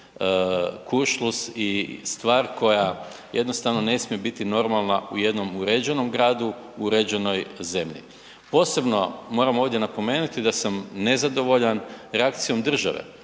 kuršlus i stvar koja jednostavno ne smije biti normalna u jednom uređenom gradu u uređenoj zemlji. Posebno moram ovdje napomenuti da sam nezadovoljan reakcijom države.